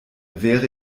wäre